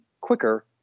quicker